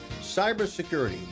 cybersecurity